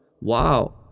wow